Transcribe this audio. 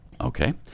Okay